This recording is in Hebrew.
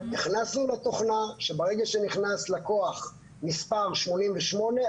הכנסנו לתוכנה שברגע שנכנס לקוח מספר 88,